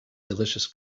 delicious